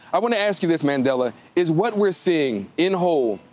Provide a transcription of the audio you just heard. i wanna ask you this, mandela. is what we're seeing in whole,